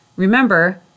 Remember